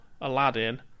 Aladdin